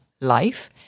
life